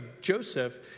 Joseph